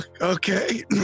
Okay